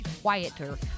quieter